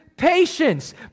Patience